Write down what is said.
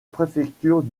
préfecture